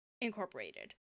Incorporated